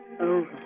over